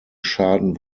schaden